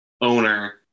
owner